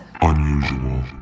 unusual